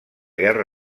guerra